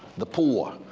the poor,